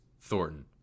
Thornton